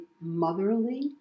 motherly